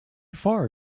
far